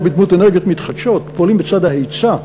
או בדמות אנרגיות מתחדשות, אלה פועלים בצד ההיצע,